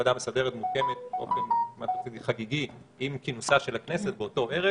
ועדה מסדרת מוקמת באופן חגיגי עם כינונה של הכנסת באותו ערב.